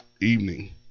evening